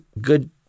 good